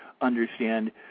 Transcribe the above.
understand